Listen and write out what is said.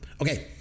Okay